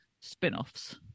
spin-offs